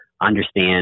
understand